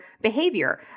behavior